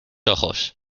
ojos